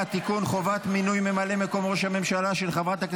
תודה רבה.